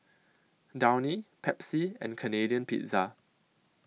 Downy Pepsi and Canadian Pizza